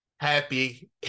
Happy